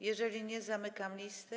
Jeżeli nie, zamykam listę.